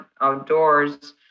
outdoors